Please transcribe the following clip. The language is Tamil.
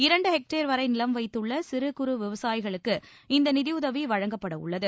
இரண்டு ஹெக்டேர் வரை நிலம் வைத்துள்ள சிறு குறு விவசாயிகளுக்கு இந்த நிதியுதவி வழங்கப்பட உள்ளது